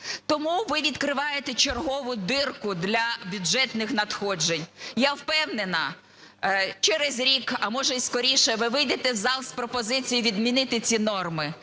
Тому ви відкриваєте чергову дірку для бюджетних надходжень. Я впевнена, через рік, а може і скоріше, ви вийдете в зал з пропозицією відмінити ці норми.